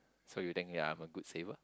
so you think ya I'm a good saver